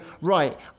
right